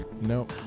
No